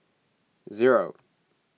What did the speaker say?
zero